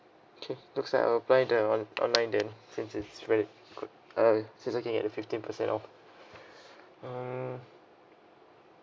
okay looks like I'll apply the on online then since it's very good uh since looking at the fifty percent off uh